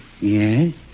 Yes